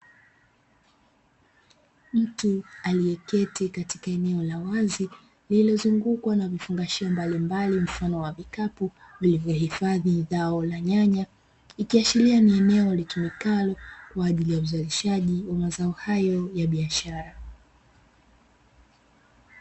Mtu aliyeketi katika eneo la wazi, lililozungukwa na vifungashio mbalimbali mfano wa vikapu, vilivyohifadhi zao la nyanya, ikiashiria ni eneo litumikalo kwa ajili ya uzalishaji wa mazao hayo ya biashara.